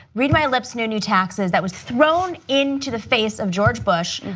read my lips, no new taxes, that was thrown into the face of george bush,